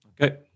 Okay